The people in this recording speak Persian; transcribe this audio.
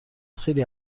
خیلی